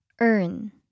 Earn